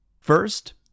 First